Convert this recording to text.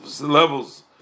levels